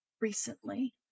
recently